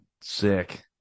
sick